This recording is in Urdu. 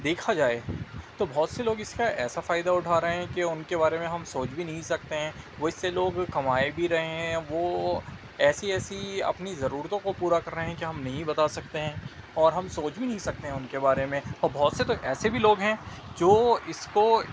دیکھا جائے تو بہت سے لوگ اس کا ایسا فائدہ اٹھا رہے ہیں کہ ان کے بارے میں ہم سوچ بھی نہیں سکتے ہیں وہ اس سے لوگ کمائے بھی رہے ہیں وہ ایسی ایسی اپنی ضرورتوں کو پورا کر رہے ہیں کہ ہم نہیں بتا سکتے ہیں اور ہم سوچ بھی نہیں سکتے ہیں ان کے بارے میں اور بہت سے تو ایسے بھی لوگ ہیں جو اس کو